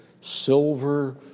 silver